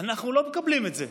אנחנו לא מקבלים את זה.